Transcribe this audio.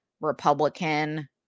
Republican